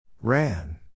Ran